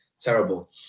terrible